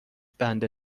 بند